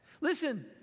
Listen